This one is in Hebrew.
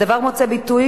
הדבר מוצא ביטוי,